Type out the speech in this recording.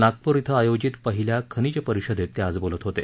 नागपूर क्रि आयोजित पहिल्या खनिज परिषदेत ते आज बोलत होते